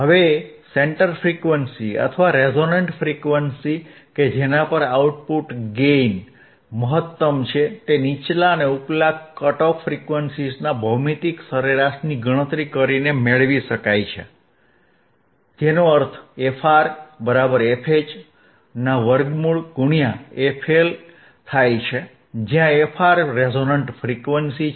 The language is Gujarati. હવે સેન્ટર ફ્રીક્વન્સી અથવા રેઝોનન્ટ ફ્રીક્વન્સી કે જેના પર આઉટપુટ ગેઇન મહત્તમ છે તે નીચલા અને ઉપલા કટ ઓફ ફ્રીક્વન્સીઝના ભૌમિતિક સરેરાશની ગણતરી કરીને મેળવી શકાય છે જેનો અર્થ fR બરાબર fH ના વર્ગમૂળ ગુણ્યા fL થાય્ છે જ્યાં fR રેઝોનન્ટ ફ્રિઇક્વસી છે